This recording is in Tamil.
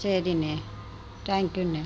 சரிணே தேங்க்யூண்ணே